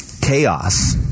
chaos